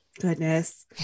goodness